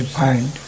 find